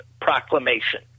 proclamation